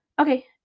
okay